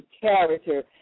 character